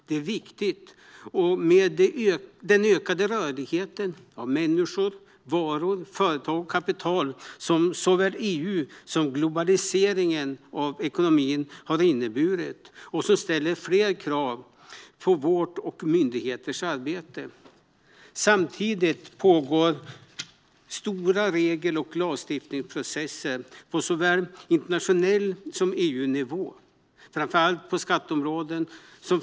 Det är viktigt i och med den ökade rörlighet av människor, varor, företag och kapital som såväl EU som globaliseringen av ekonomin har inneburit och som ställer fler krav på vårt och myndigheternas arbete. Samtidigt pågår stora regel och lagstiftningsprocesser på såväl internationell nivå som EU-nivå, framför allt på skatteområdet.